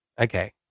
Okay